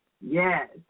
Yes